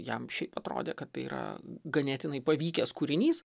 jam šiaip atrodė kad tai yra ganėtinai pavykęs kūrinys